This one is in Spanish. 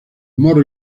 morro